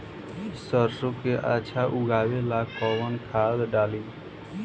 सरसो के अच्छा उगावेला कवन खाद्य डाली?